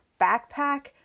backpack